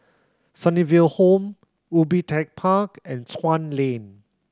Sunnyville Home Ubi Tech Park and Chuan Lane